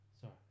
Sorry